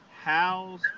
How's